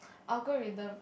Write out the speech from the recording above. I'll go read them